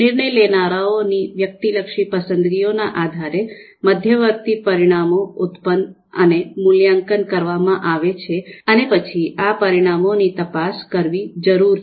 નિર્ણય લેનારાઓની વ્યક્તિલક્ષી પસંદગીઓના આધારે મધ્યવર્તી પરિણામો ઉત્પન્ન અને મૂલ્યાંકન કરવામાં આવે છે અને પછી આ પરિણામોની તપાસ કરવી જરૂર છે